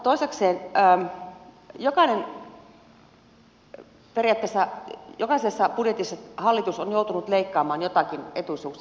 toisekseen periaatteessa jokaisessa budjetissa hallitus on joutunut leikkaamaan joitakin etuisuuksia